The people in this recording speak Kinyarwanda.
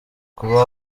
kuba